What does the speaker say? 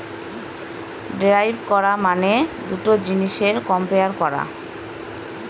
derive করা মানে দুটা জিনিসের কম্পেয়ার করা